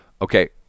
Okay